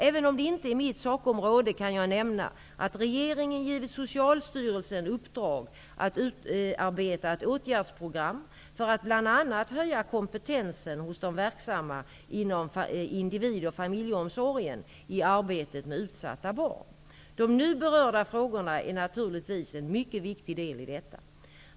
Även om det inte är mitt sakområde kan jag nämna att regeringen givit Socialstyrelsen uppdrag att utarbeta ett åtgärdsprogram för att bl.a. höja kompetensen hos de verksamma inom individ och familjeomsorgen i arbetet med utsatta barn. De nu berörda frågorna är naturligtvis en mycket viktig del i detta.